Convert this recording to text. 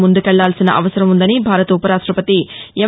ముందుకెళ్లాల్సిన అవసరం ఉందని భారత ఉపరాష్టపతి ఎం